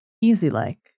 easy-like